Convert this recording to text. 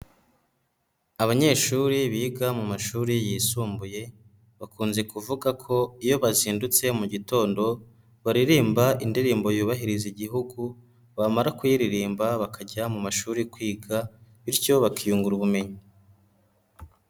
Abanyeshuri biga mu mashuri yisumbuye, bakunze kuvuga ko iyo bazindutse mu gitondo baririmba indirimbo yubahiriza igihugu bamara kuyiririmba bakajya mu mashuri kwiga, bityo bakiyungura ubumenyi.